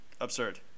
Absurd